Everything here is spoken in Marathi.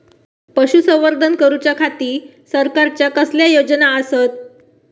पशुसंवर्धन करूच्या खाती सरकारच्या कसल्या योजना आसत?